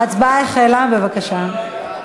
ההצבעה החלה, בבקשה.